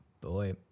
boy